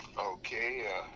Okay